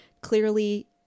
clearly